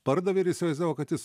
pardavė ir įsivaizdavo kad jis